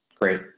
Great